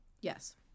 Yes